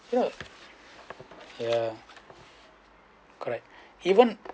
ya ya correct even